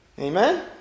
Amen